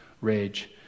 rage